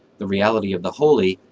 the reality of the holy,